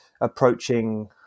approaching